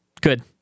Good